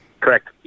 Correct